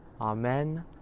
Amen